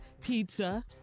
Pizza